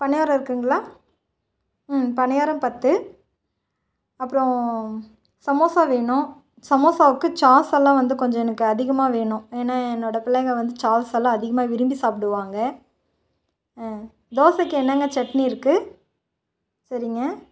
பணியாரம் இருக்குதுங்களா ம் பணியாரம் பத்து அப்புறம் சமோசா வேணும் சமோசாவுக்கு சாஸ்ஸெல்லாம் வந்து கொஞ்சம் எனக்கு அதிகமாக வேணும் ஏன்னால் என்னோடய பிள்ளைங்க வந்து சாஸ்ஸெல்லாம் அதிகமாக விரும்பி சாப்பிடுவாங்க ஆ தோசைக்கு என்னங்க சட்னி இருக்குது சரிங்க